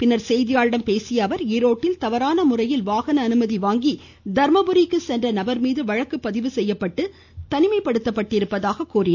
பின்னர் செய்தியாளர்களிடம் பேசிய அவர் ஈரோட்டில் தவறான முறையில் வாகன அனுமதி வாங்கி தர்மபுரிக்கு சென்ற நபர் மீது வழக்கு பதிவு செய்யப்பட்டு அவர் தனிமைப்படுத்தப்பட்டிருப்பதாக கூறினார்